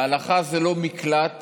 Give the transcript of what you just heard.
ההלכה זה לא מקלט